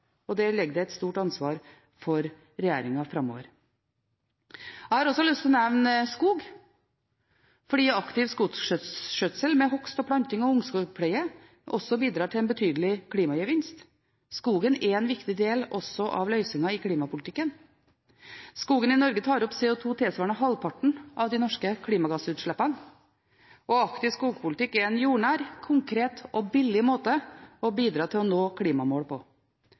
og der ligger det et stort ansvar for regjeringen framover. Jeg har også lyst til å nevne skog, fordi aktiv skogskjøtsel med hogst, planting og ungskogpleie også bidrar til en betydelig klimagevinst. Skogen er en viktig del også av løsningen i klimapolitikken. Skogen i Norge tar opp CO2 tilsvarende halvparten av de norske klimagassutslippene, og aktiv skogpolitikk er en jordnær, konkret og billig måte å bidra til å nå klimamål på.